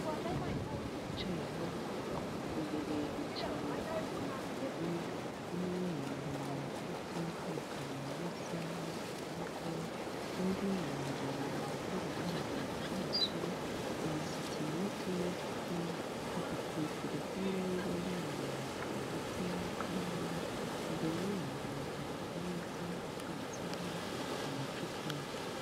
Abantu bicaye hamwe imbere hicaye abagabo babiri, umwe yambaye ikote ry'umukara n'isaha ku kuboko, undi yambaye amadarubindi ku maso nta musatsi na mukeya afite, afite telefone ye ngendanwa mu ntoki ndetse n'ikaramu imbere y'abo hari ameza ateretseho amacupa.